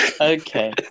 Okay